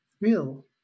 real